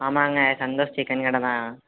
ஆமாங்க சந்தோஷ் சிக்கன் கடை தான்